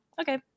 Okay